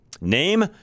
Name